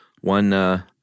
one